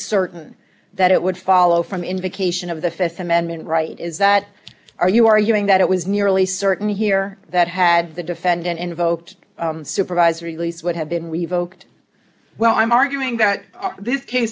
certain that it would follow from invocation of the th amendment right is that are you arguing that it was nearly certain here that had the defendant invoked supervised release would have been revoked well i'm arguing that this case